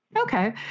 Okay